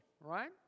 right